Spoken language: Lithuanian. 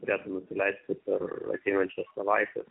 turėtų nusileisti per ateinančias savaites